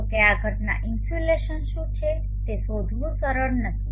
જો કે આ ઘટના ઇન્સ્યુલેશન શું છે તે શોધવું સરળ નથી